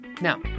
Now